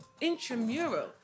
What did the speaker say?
Intramural